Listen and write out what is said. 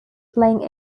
playing